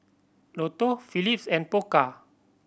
Lotto Phillips and Pokka